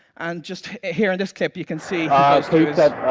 and just here in this clip you can see ah see he